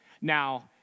Now